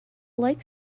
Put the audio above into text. like